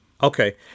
Okay